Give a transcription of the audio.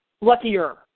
luckier